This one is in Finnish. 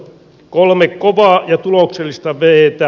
kolme kovaa ja tuloksellista v